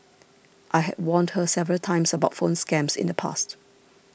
I had warned her several times about phone scams in the past